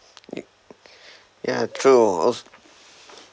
i~ yeah true also